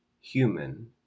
human